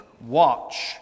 watch